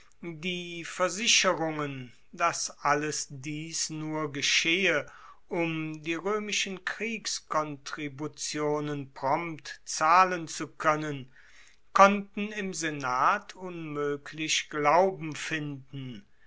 die versicherungen dass alles dies nur geschehe um die roemischen kriegskontributionen prompt zahlen zu koennen konnten im senat unmoeglich glauben finden